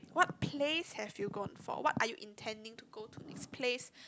place have you gone for what are you intending to go to next place